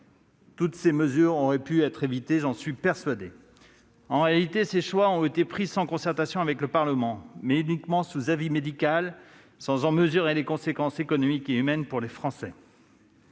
Toutes ces mesures auraient pu être évitées, j'en suis persuadé ... En réalité, ces choix ont été pris sans concertation avec le Parlement, mais uniquement sous avis médical, sans en mesurer les conséquences économiques et humaines pour les Français